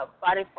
body